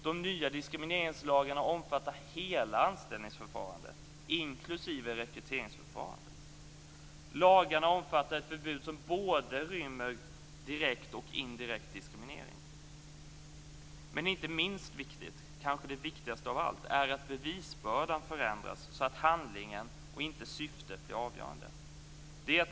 De nya diskrimineringslagarna omfattar hela anställningsförfarandet, inklusive rekryteringsförfarandet. Lagarna omfattar ett förbud som både rymmer direkt och indirekt diskriminering. Men det viktigaste av allt är kanske att bevisbördan förändras så att handlingen och inte syftet blir avgörande.